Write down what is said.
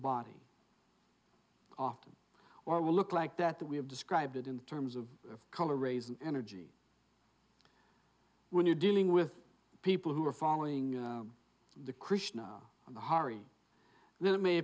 body often or will look like that that we have described it in terms of color raise an energy when you're dealing with people who are following the christian hari then it may